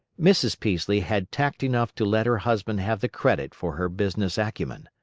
mrs. peaslee had tact enough to let her husband have the credit for her business acumen.